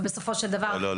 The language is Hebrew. ובסופו של דבר --- לא,